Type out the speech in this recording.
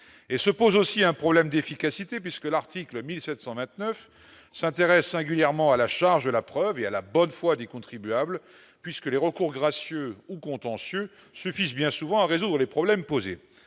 et se pose aussi un problème d'efficacité puisque l'article 1729 s'intéresse singulièrement à la charge de la preuve et à la bonne foi des contribuables puisque les recours gracieux ou contentieux ce fils bien souvent à résoudre les problèmes posés